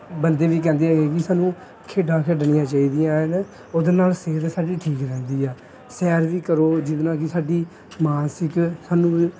ਬੰਦੇ ਵੀ ਕਹਿੰਦੇ ਹੈਗੇ ਕਿ ਸਾਨੂੰ ਖੇਡਾਂ ਖੇਡਣੀਆਂ ਚਾਹੀਦੀਆਂ ਹਨ ਉਹਦੇ ਨਾਲ਼ ਸਿਹਤ ਸਾਡੀ ਠੀਕ ਰਹਿੰਦੀ ਆ ਸੈਰ ਵੀ ਕਰੋ ਜਿਹਦੇ ਨਾਲ਼ ਕਿ ਸਾਡੀ ਮਾਨਸਿਕ ਸਾਨੂੰ